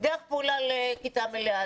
דרך פעולה עם כיתה מלאה,